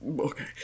Okay